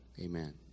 Amen